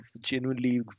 genuinely